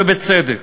ובצדק,